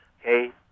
Okay